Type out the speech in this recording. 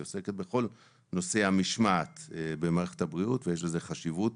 היא עוסקת בכל נושא המשמעת במערכת הבריאות ויש חשיבות